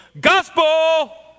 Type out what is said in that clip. Gospel